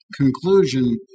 conclusion